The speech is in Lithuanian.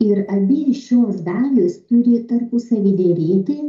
ir abi šios dalys turi tarpusavy derėti